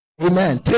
Amen